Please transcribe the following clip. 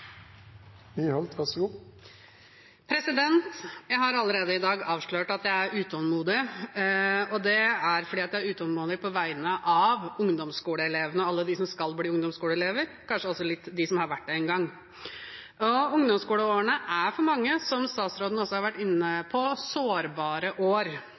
utålmodig, og det er fordi jeg er utålmodig på vegne av ungdomsskoleelevene og alle de som skal bli ungdomsskoleelever – kanskje også litt på vegne av dem som har vært det en gang. Ungdomsskoleårene er, som statsråden også har vært inne på, for mange sårbare år.